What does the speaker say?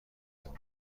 میان